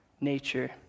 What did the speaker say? nature